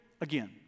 again